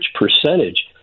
percentage